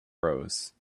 rose